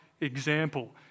example